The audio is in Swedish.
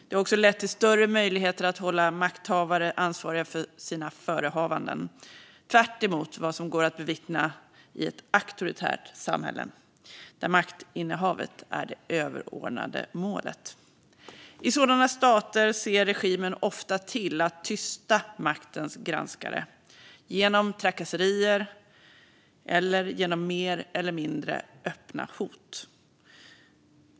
Det har också lett till större möjligheter att hålla makthavare ansvariga för sina förehavanden - tvärtemot vad som går att bevittna i ett auktoritärt samhälle, där maktinnehavet är det överordnade målet. I sådana stater ser regimen ofta till att tysta maktens granskare genom trakasserier eller genom mer eller mindre öppna hot.